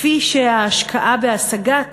כפי שההשקעה בהשגת